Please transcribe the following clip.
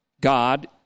God